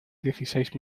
dieciséis